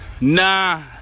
Nah